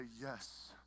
yes